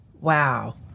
Wow